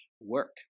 work